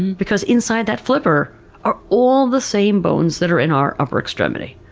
because inside that flipper are all the same bones that are in our upper extremity.